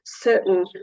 certain